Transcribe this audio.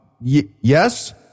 yes